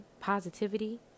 positivity